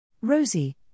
Rosie